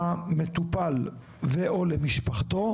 למטופל או למשפחתו.